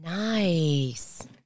nice